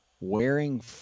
wearing –